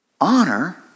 honor